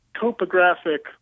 topographic